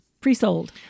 pre-sold